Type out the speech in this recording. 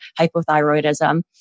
hypothyroidism